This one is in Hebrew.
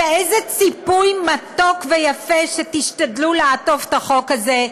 ובאיזה ציפוי מתוק ויפה שתשתדלו לעטוף את החוק הזה,